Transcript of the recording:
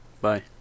Bye